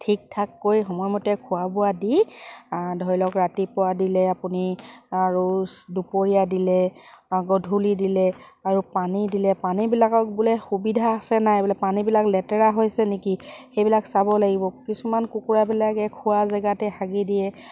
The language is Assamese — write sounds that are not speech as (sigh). ঠিক ঠাককৈ সময়মতে খোৱা বোৱা দি ধৰি লওক ৰাতিপুৱা দিলে আপুনি আৰু (unintelligible) দুপৰীয়া দিলে গধূলি দিলে আৰু পানী দিলে পানীবিলাকক বোলে সুবিধা আছে নাই বোলে পানীবিলাক লেতেৰা হৈছে নেকি সেইবিলাক চাব লাগিব কিছুমান কুকুৰাবিলাকে খোৱা জেগাতে হাগি দিয়ে